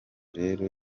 rero